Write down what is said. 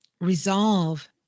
Resolve